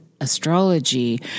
astrology